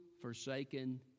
forsaken